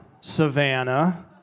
Savannah